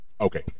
Okay